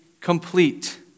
complete